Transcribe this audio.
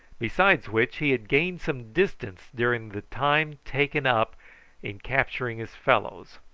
besides which, he had gained some distance during the time taken up in capturing his fellows.